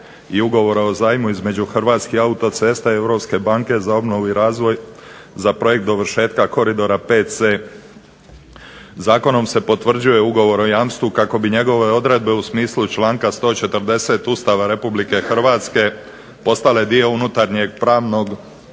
i ugovora o zajmu između Hrvatskih autocesta i Europske banke za obnovu i razvoj za projekt dovršetka koridora 5C. zakonom se potvrđuje ugovor o jamstvu kako bi njegove odredbe u smislu članka 140. Ustava Republike Hrvatske postale dio unutarnjeg pravnog poretka